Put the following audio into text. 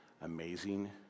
amazing